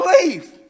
believe